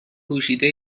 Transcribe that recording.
پوشیده